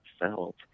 felt